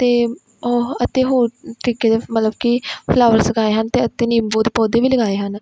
ਅਤੇ ਉਹ ਅਤੇ ਹੋਰ ਤਰੀਕੇ ਦੇ ਮਤਲਬ ਕਿ ਫਲਾਵਰ ਲਗਾਏ ਹਨ ਅਤੇ ਅਤੇ ਨਿੰਬੂ ਦੇ ਪੌਦੇ ਵੀ ਲਗਾਏ ਹਨ